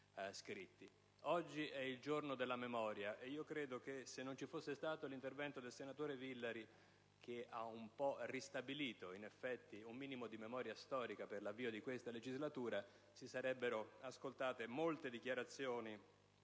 Oggi è il Giorno della Memoria e ritengo che, se non vi fosse stato l'intervento del senatore Villari, che in effetti ha ristabilito un minimo di memoria storica sull'avvio di questa legislatura, si sarebbero ascoltate molte dichiarazioni